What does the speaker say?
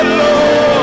Lord